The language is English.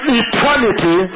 eternity